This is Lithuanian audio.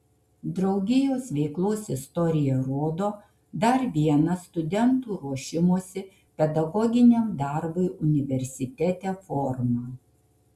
draugijos veiklos istorija rodo dar vieną studentų ruošimosi pedagoginiam darbui universitete formą